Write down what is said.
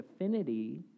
affinity